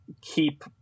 keep